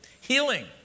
Healing